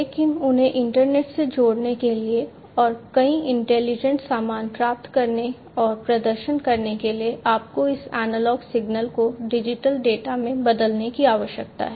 लेकिन उन्हें इंटरनेट से जोड़ने के लिए और कई इंटेलिजेंट सामान प्राप्त करने और प्रदर्शन करने के लिए आपको इस एनालॉग सिग्नल को डिजिटल डेटा में बदलने की आवश्यकता है